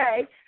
Okay